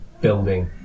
building